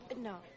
No